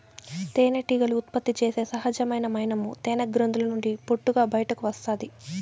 తేనెటీగలు ఉత్పత్తి చేసే సహజమైన మైనము తేనె గ్రంధుల నుండి పొట్టుగా బయటకు వస్తాది